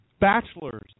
Bachelor's